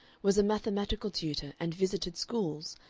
was a mathematical tutor and visited schools,